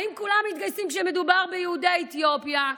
האם כולם מתגייסים כשמדובר ביהודי אתיופיה?